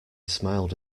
smiled